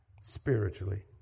spiritually